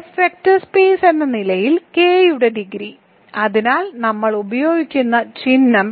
F vector space എന്ന നിലയിൽ K യുടെ ഡിഗ്രി അതിനാൽ നമ്മൾ ഉപയോഗിക്കുന്ന ചിഹ്നം